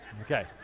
Okay